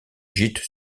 gîte